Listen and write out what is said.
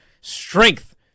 strength